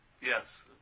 Yes